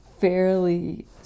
fairly